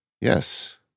yes